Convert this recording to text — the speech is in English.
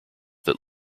that